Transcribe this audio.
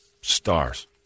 Stars